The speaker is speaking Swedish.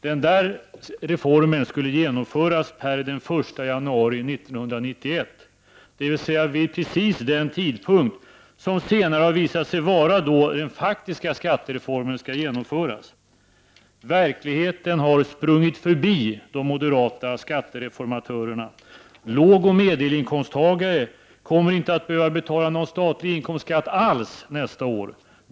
Den reformen skulle genomföras per den 1 januari 1991, dvs. vid precis den tidpunkt som senare har visat sig gälla för den faktiska skattereformens genomförande. Verkligheten har sprungit förbi de moderata skattereformatörerna. Lågoch medelinkomsttagare kommer inte att behöva betala någon statlig inkomstskatt alls nästa år.